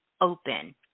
open